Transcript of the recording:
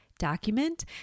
document